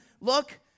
Look